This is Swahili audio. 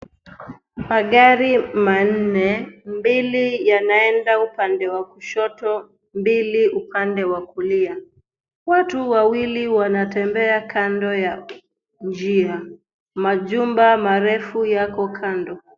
Magari manne, mbili yanaenda upande wa kushoto, mbili upande wa kulia. Watu wawili wanatembea kando yake njia. Majumba marefu yako kando.